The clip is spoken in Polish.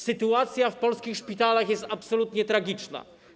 Sytuacja w polskich szpitalach jest absolutnie tragiczna.